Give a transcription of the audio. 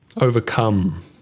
overcome